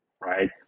Right